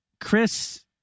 Chris